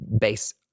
base